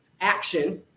action